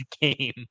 game